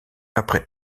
après